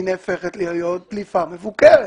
היא נהפכת להיות דליפה מבוקרת,